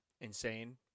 insane